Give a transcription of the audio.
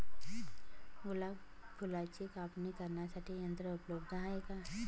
गुलाब फुलाची कापणी करण्यासाठी यंत्र उपलब्ध आहे का?